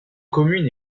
commune